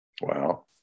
Wow